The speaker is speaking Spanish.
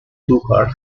stuttgart